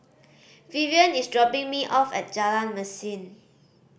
Vivien is dropping me off at Jalan Mesin